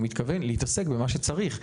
הוא מתכוון להתעסק במה שצריך,